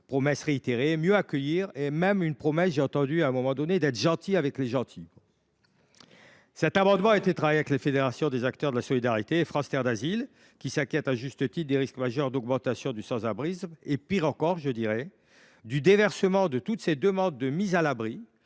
promesse de mieux accueillir a même été réitérée. J’ai aussi entendu dire, à un moment donné, qu’il fallait être gentil avec les gentils… Cet amendement a été travaillé avec la Fédération des acteurs de la solidarité et France terre d’asile, qui s’inquiètent à juste titre des risques majeurs d’augmentation du sans abrisme et, pire encore, du déversement de toutes ces demandes de mise à l’abri